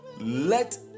let